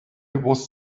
was